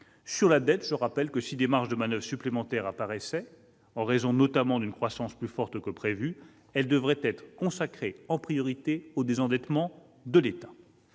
Sur la dette, je rappelle que, si des marges de manoeuvre supplémentaires apparaissaient, notamment en raison d'une croissance plus forte que prévu, elles devraient être consacrées en priorité au désendettement de l'État.